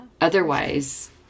Otherwise